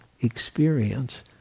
experience